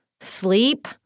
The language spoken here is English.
sleep